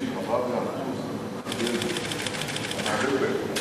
מספר היהודים בעולם לא גדל.